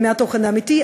מהתוכן האמיתי.